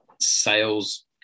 sales